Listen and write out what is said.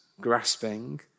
grasping